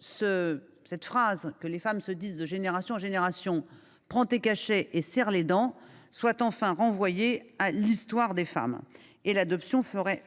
cette phrase que les femmes se disent de génération en génération :« Prends tes cachets et serre les dents », soit enfin renvoyée à l’histoire. L’adoption ce texte ferait